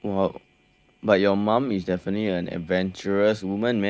!wow! but your mum is definitely an adventurous woman man or someone